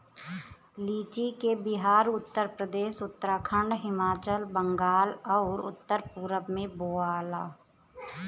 लीची के बिहार, उत्तरप्रदेश, उत्तराखंड, हिमाचल, बंगाल आउर उत्तर पूरब में बोआला